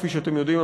כפי שאתם יודעים,